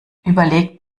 überlegt